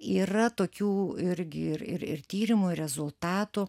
yra tokių irgi ir ir ir tyrimų ir rezultatų